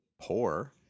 poor